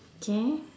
okay